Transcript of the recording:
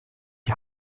die